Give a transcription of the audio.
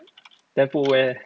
then put where